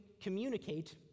communicate